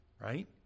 right